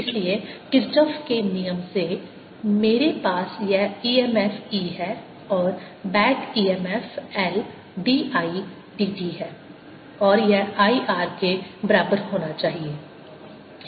इसलिए Kirchhoff Kirchhoff's के नियम से मेरे पास यह EMF E है और बैक EMF LdI dt है और यह IR के बराबर होना चाहिए है यह किरचॉफ Kirchhoff's का नियम है